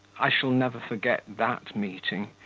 i shall never forget that meeting!